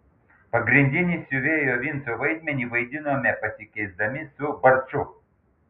pagrindinį siuvėjo vinco vaidmenį vaidinome pasikeisdami su barču